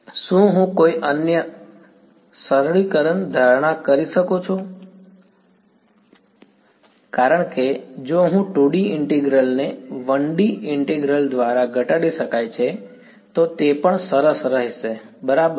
શું હું કોઈ અન્ય સરળીકરણ ધારણા કરી શકું છું કારણ કે જો હું 2D ઈન્ટિગ્રલ ને 1D ઈન્ટિગ્રલ દ્વારા ઘટાડી શકાય છે તો તે પણ સરસ રહેશે બરાબર